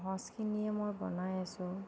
সহজখিনিয়ে মই বনাই আছোঁ